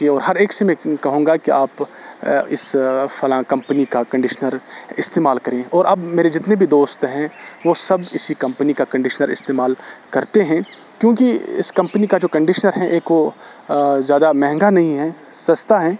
کہ وہ ہر ایک سے میں کہوں گا کہ آپ اس فلاں کمپنی کا کنڈشنر استعمال کریں اور اب میرے جتنے بھی دوست ہیں وہ سب اسی کمپنی کا کنڈشنر استعمال کرتے ہیں کیونکہ اس کمپنی کا جو کنڈشنر ہے ایک وہ زیادہ مہنگا نہیں ہے سستا ہے